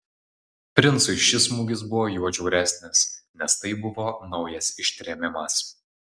princui šis smūgis buvo juo žiauresnis nes tai buvo naujas ištrėmimas